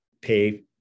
pay